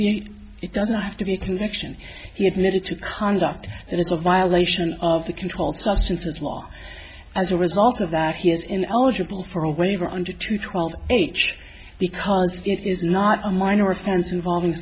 be it doesn't have to be a connection he admitted to conduct that is a violation of the controlled substance as well as a result of that he is in eligible for a waiver under two twelve age because it is not a minor offense involving